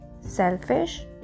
selfish